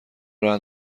رعد